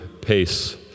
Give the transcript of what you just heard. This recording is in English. pace